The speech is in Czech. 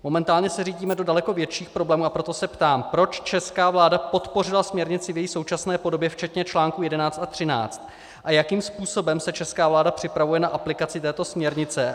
Momentálně se řítíme do daleko větších problémů, a proto se ptám, proč česká vláda podpořila směrnici v její současné podobě, včetně článku 11 a 13, a jakým způsobem se česká vláda připravuje na aplikaci této směrnice.